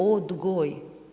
Odgoj.